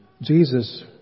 Jesus